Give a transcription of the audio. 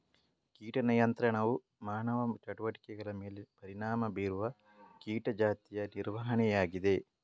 ಕೀಟ ನಿಯಂತ್ರಣವು ಮಾನವ ಚಟುವಟಿಕೆಗಳ ಮೇಲೆ ಪರಿಣಾಮ ಬೀರುವ ಕೀಟ ಜಾತಿಯ ನಿರ್ವಹಣೆಯಾಗಿದೆ